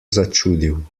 začudil